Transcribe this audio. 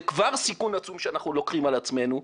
זה כבר סיכון עצום שאנחנו לוקחים על עצמנו.